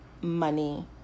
money